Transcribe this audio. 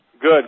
Good